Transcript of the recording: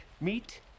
meet